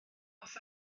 wyth